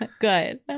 good